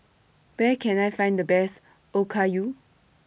Where Can I Find The Best Okayu